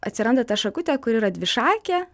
atsiranda ta šakutė kuri yra dvišakė